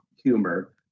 humor